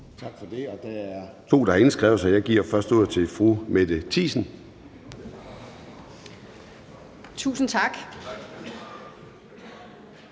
Tak for det. Der er to, der har indskrevet sig, og jeg giver først ordet til fru Mette Thiesen. Kl.